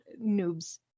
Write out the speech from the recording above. noobs